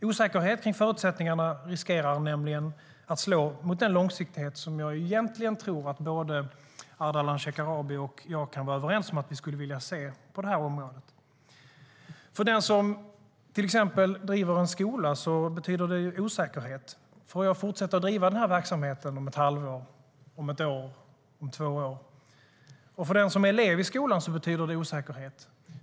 Osäkerhet kring förutsättningarna riskerar nämligen att slå emot den långsiktighet som jag egentligen tror att både Ardalan Shekarabi och jag kan vara överens om att vi skulle vilja se på det här området. För den som till exempel driver en skola betyder det osäkerhet. Får jag fortsätta driva den här verksamheten om ett halvår, om ett år eller två år? För den som är elev i skolan betyder det också osäkerhet.